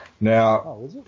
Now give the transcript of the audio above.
Now